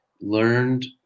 learned